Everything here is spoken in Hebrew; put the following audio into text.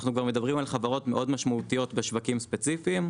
ואנחנו כבר מדברים על חברות מאוד משמעותיות בשווקים ספציפיים,